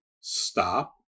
stop